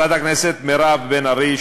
חברת הכנסת מירב בן ארי,